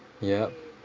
yup